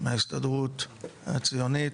מההסתדרות הציונית,